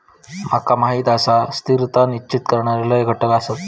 माका माहीत आसा, स्थिरता निश्चित करणारे लय घटक आसत